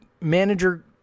manager